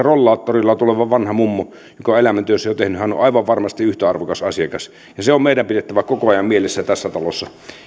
rollaattorilla tuleva vanha mummu joka on elämäntyönsä jo tehnyt on aivan varmasti yhtä arvokas asiakas ja se on meidän pidettävä koko ajan mielessä tässä talossa